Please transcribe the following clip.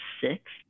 six